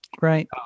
right